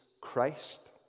Christ